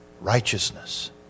Righteousness